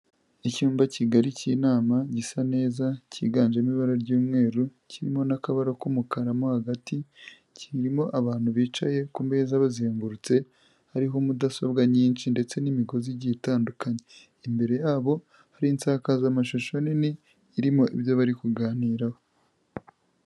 Icyumba kigari cy'inama gisa neza cyiganjemo ibara ry'umweru, kirimo n'akabara k'umukara mo hagati, kirimo abantu bicaye ku meza abazengurutse hariho mudasobwa nyinshi ndetse n'imigozi igiye itandukanye, imbere yabo hari insakazamashusho nini irimo ibyo bari kuganiraho.